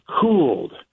cooled